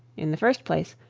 in the first place,